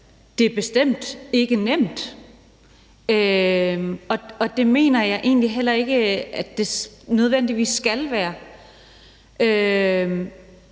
det er bestemt ikke nemt, og det mener jeg egentlig heller ikke at det nødvendigvis skal være, men